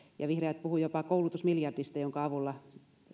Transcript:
ja vihreät puhuivat jopa koulutusmiljardista jonka avulla